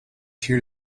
here